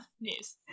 news